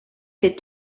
could